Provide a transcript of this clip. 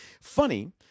Funny